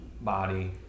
body